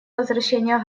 возвращение